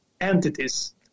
entities